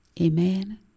Amen